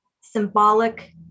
symbolic